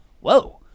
whoa